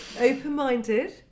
Open-minded